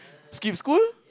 skip school